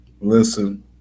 listen